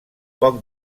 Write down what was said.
poc